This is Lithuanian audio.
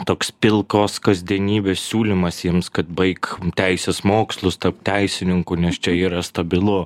toks pilkos kasdienybės siūlymas jiems kad baik teisės mokslus tapk teisininku nes čia yra stabilu